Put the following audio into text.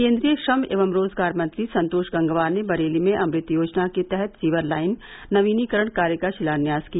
केन्द्रीय श्रम एवं रोजगार मंत्री संतोष गंगवार ने बरेली में अमृत योजना के तहत सीवर लाइन नवीनीकरण कार्य का शिलान्यास किया